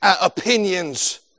opinions